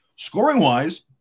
Scoring-wise